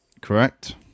Correct